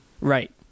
Right